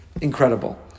incredible